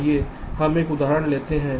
आइए हम एक उदाहरण लेते हैं